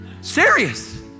Serious